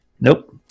Nope